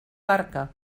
barca